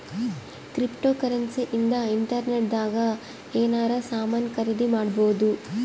cryptocurrency ಇಂದ internet ದಾಗ ಎನಾರ ಸಾಮನ್ ಖರೀದಿ ಮಾಡ್ಬೊದು